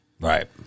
Right